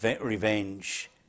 revenge